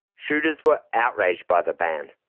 shooters were outraged by the ban.